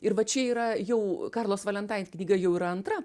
ir va čia yra jau karlos valentait knyga jau yra antra